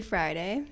Friday